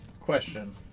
Question